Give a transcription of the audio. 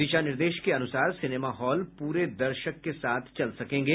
दिशा निर्देश के अनुसार सिनेमा हॉल पूरे दर्शक के साथ चल सकेंगे